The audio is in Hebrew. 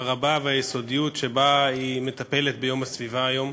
הרבה והיסודיות שבהן היא מטפלת ביום הסביבה היום,